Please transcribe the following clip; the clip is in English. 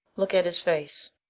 look at his face.